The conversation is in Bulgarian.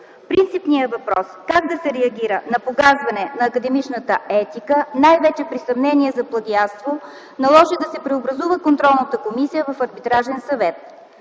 Принципният въпрос как да се реагира на погазване на академичната етика, най-вече при съмнения за плагиатство, наложи да се преобразува Контролната комисия в Арбитражен съвет.